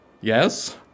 yes